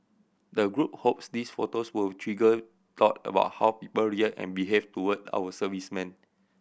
the group hopes these photos will trigger thought about how people react and behave toward our servicemen